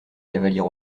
cavaliers